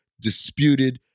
disputed